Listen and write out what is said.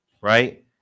Right